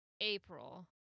April